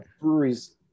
breweries